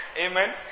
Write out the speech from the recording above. Amen